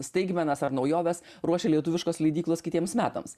staigmenas ar naujoves ruošia lietuviškos leidyklos kitiems metams